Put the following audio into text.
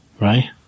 right